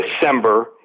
December